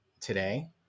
today